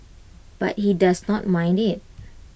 but he does not mind IT